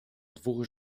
dwóch